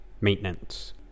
maintenance